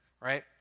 right